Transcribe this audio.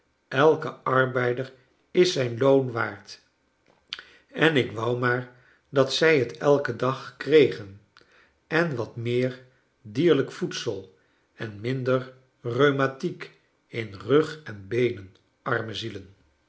elke arbeider is zijn loon waard en ik wou maar dat zij het elken dag kregen en wat meer dierlijk voedsel en minder rhumatiek in rug en beenen arme zielen